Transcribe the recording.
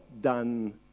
done